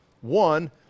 One